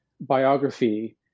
biography